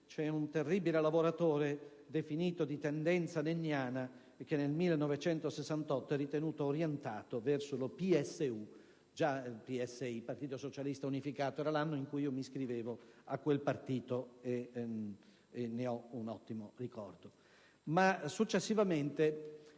c'è un terribile lavoratore definito «di tendenza leniniana», che nel 1968 ritenne orientato verso il PSU (Partito Socialista Unificato), già PSI; era l'anno in cui io mi iscrivevo a quel partito, e ne ho un ottimo ricordo.